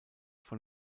von